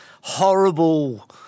horrible